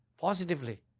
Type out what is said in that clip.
positively